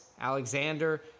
Alexander